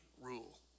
rule